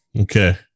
Okay